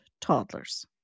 toddlers